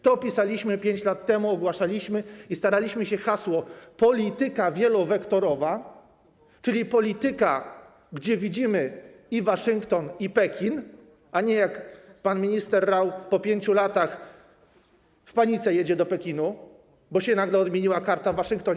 To opisaliśmy 5 lat temu, ogłaszaliśmy i staraliśmy się, by hasło: polityka wielowektorowa, czyli polityka, gdzie widzimy i Waszyngton, i Pekin, a nie tak jak pan minister Rau - po 5 latach w panice jedzie do Pekinu, bo się nagle odmieniła karta w Waszyngtonie.